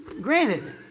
granted